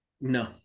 No